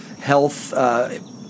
health